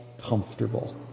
comfortable